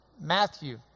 matthew